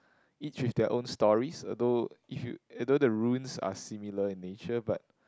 each with their own stories although if you although the ruins are similar in nature but